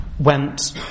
went